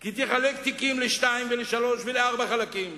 כי תחלק תיקים לשניים, לשלושה ולארבעה חלקים.